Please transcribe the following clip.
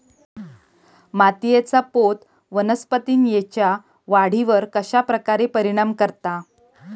मातीएचा पोत वनस्पतींएच्या वाढीवर कश्या प्रकारे परिणाम करता?